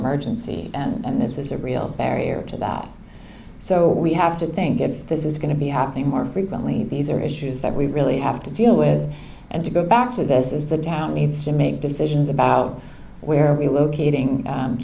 emergency and this is a real barrier to that so we have to think if this is going to be happening more frequently these are issues that we really have to deal with and to go back to this is the town needs to make decisions about where relocating